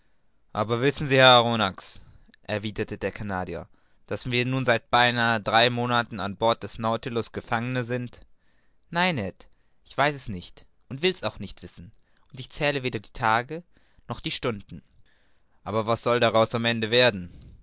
aber wissen sie herr arronax erwiderte der canadier daß wir nun seit beinahe drei monaten an bord des nautilus gefangene sind nein ned ich weiß es nicht will's auch nicht wissen und ich zähle weder die tage noch die stunden aber was soll daraus am ende werden